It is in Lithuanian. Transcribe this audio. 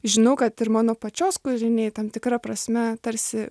žinau kad ir mano pačios kūriniai tam tikra prasme tarsi